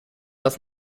das